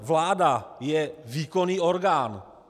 Vláda je výkonný orgán.